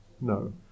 No